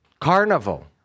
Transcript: Carnival